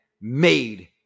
made